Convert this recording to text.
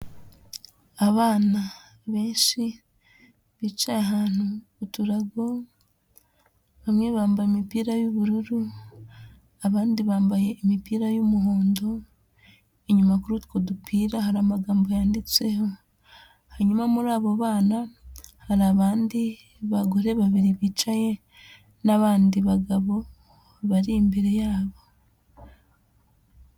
Abana benshi bicaye ahantu ku turago, bamwe bambaye imipira y'ubururu abandi bambaye imipira y'umuhondo, inyuma kuri utwo dupira hari amagambo yanditseho, hanyuma muri abo bana hari abandi bagore babiri bicaye n'abandi bagabo bari imbere yabo.